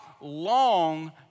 long